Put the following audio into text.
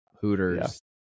hooters